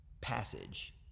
passage